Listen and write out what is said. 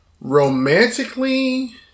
romantically